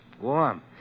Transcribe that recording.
Warm